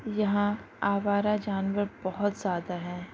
یہاں آوارہ جانور بہت زیادہ ہے